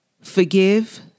forgive